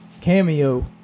cameo